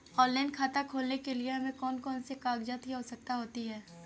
Online खाता खोलने के लिए हमें कौन कौन से कागजात की आवश्यकता होती है?